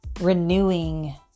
renewing